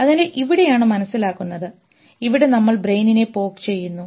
അതിനാൽ ഇവിടെയാണ് മനസ്സിലാക്കുന്നത് ഇവിടെ നമ്മൾ ബ്രെയിനിനെ പോക്ക് ചെയ്യുന്നു